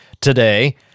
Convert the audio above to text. today